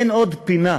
אין עוד פינה,